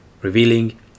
revealing